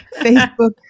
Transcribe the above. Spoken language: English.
Facebook